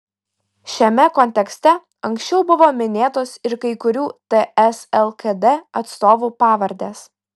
šiame kontekste anksčiau buvo minėtos ir kai kurių ts lkd atstovų pavardės